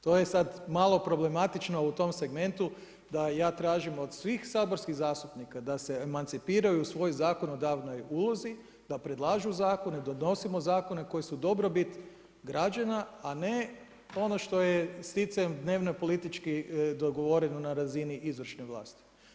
To je sad malo problematično u tom segmentu da ja tražim od svih saborskih zastupnika, da se emancipiraju u svojoj zakonodavnoj ulozi, da predlažu zakone, da donosimo zakone, koji su dobrobit građana a ne ono što je sicem dnevno političko dogovoreno na razini izvršne vlasti.